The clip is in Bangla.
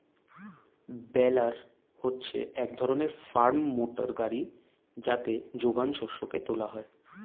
বেলার হচ্ছে এক ধরনের ফার্ম মোটর গাড়ি যাতে যোগান শস্যকে তোলা হয়